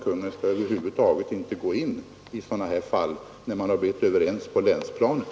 Kungl. Maj:t skall som jag nyss sade, inte gå in på någon prövning när man har blivit överens på länsplanet.